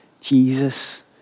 Jesus